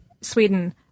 Sweden